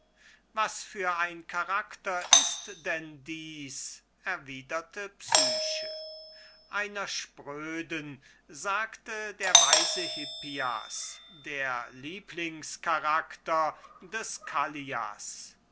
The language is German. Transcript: was für ein charakter ist denn das erwiderte psyche einer spröden sagte der weise hippias das ist der lieblings charakter des callias